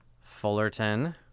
Fullerton